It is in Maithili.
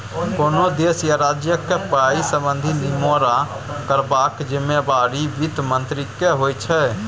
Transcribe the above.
कोनो देश या राज्यक पाइ संबंधी निमेरा करबाक जिम्मेबारी बित्त मंत्रीक होइ छै